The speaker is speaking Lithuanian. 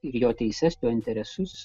ir jo teises jo interesus